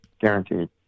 guaranteed